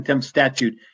statute